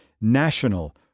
national